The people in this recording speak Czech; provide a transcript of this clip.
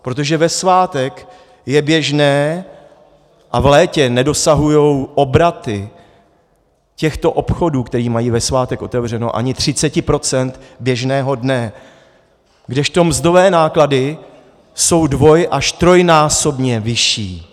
Protože ve svátek je běžné a v létě nedosahují obraty těchto obchodů, které mají ve svátek otevřeno, ani 30 procent běžného dne, kdežto mzdové náklady jsou dvoj až trojnásobně vyšší.